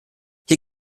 hier